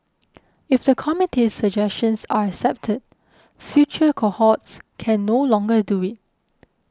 if the committee's suggestions are accepted future cohorts can no longer do it